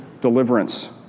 deliverance